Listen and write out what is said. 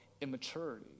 immaturity